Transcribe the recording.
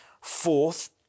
Fourth